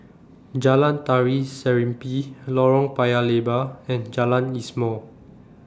Jalan Tari Serimpi Lorong Paya Lebar and Jalan Ismail